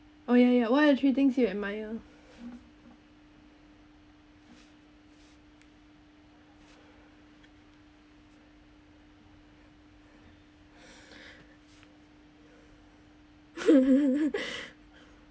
oh yeah yeah what are three things you admire